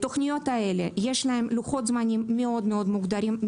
התוכניות הללו יש להן לוחות זמנים מאוד מוגדרים,